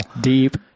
deep